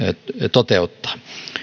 toteuttaa